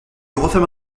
referma